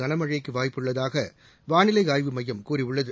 கனமழைக்கு வாய்ப்புள்ளதாக வானிலை ஆய்வுமையம் கூறியுள்ளது